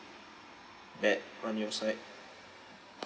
bad from your side